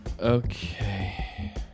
Okay